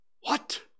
What